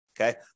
Okay